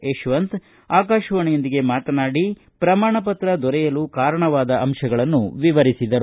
ಯಶವಂತ ಆಕಾಶವಾಣಿಯೊಂದಿಗೆ ಮಾತನಾಡಿ ಪ್ರಮಾಣ ಪತ್ರ ದೊರೆಯಲು ಕಾರಣವಾದ ಅಂಶಗಳನ್ನು ವಿವರಿಸಿದರು